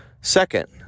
Second